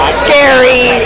scary